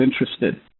interested